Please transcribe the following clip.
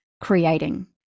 creating